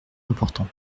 important